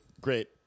great